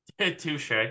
Touche